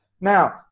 Now